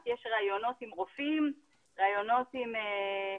יש ריאיונות עם רופאים,